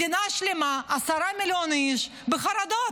מדינה שלמה, עשרה מיליון איש, בחרדות.